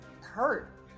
hurt